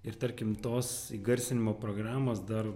ir tarkim tos įgarsinimo programos dar